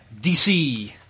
DC